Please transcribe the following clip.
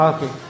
Okay